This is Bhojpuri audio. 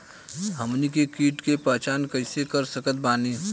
हमनी के कीट के पहचान कइसे कर सकत बानी?